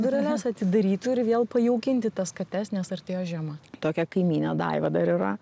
dureles atidarytų ir vėl pajaukinti tas kates nes artėjo žiema tokia kaimynė daiva dar yra